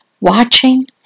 watching